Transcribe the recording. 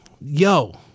yo